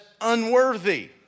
Unworthy